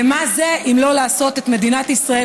ומה זה אם לא לעשות את מדינת ישראל,